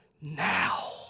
now